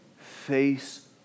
face